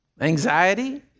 anxiety